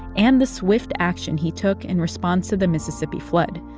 and the swift action he took in response to the mississippi flood.